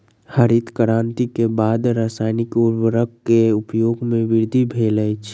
हरित क्रांति के बाद रासायनिक उर्वरक के उपयोग में वृद्धि भेल अछि